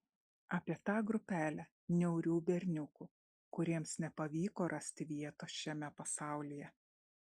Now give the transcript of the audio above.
apie tą grupelę niaurių berniukų kuriems nepavyko rasti vietos šiame pasaulyje